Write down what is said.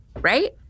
right